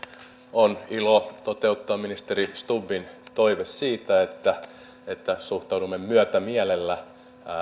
on ilo toteuttaa ministeri stubbin toive siitä että että suhtaudumme myötämielellä